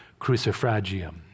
crucifragium